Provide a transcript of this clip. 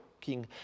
king